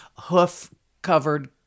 hoof-covered